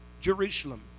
Jerusalem